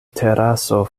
teraso